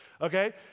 okay